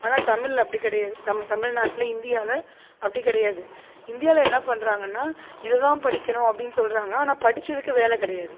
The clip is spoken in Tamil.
ஆனால் தமிழில் அப்படி கிடையாது நம்ம தமிழ்நாட்டில் இந்தியாவில் அப்படி கிடையாது இந்தியாவில் என்ன பண்ணுறாங்கன்னா இதை தான் படிக்கணும் அப்படினு சொல்கிறாங்க ஆனால் படிச்சதுக்கு வேலை கிடையாது